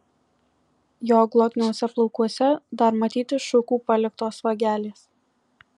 jo glotniuose plaukuose dar matyti šukų paliktos vagelės